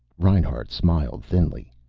reinhart smiled thinly.